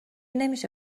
نمیشه